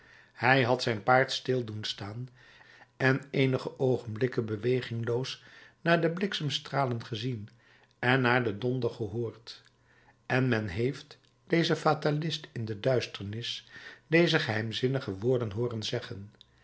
hij had zijn paard stil doen staan en eenige oogenblikken bewegingloos naar de bliksemstralen gezien en naar den donder gehoord en men heeft dezen fatalist in de duisternis deze geheimzinnige woorden hooren zeggen